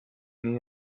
nii